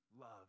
love